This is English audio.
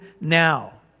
now